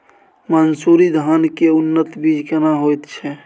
मन्सूरी धान के उन्नत बीज केना होयत छै?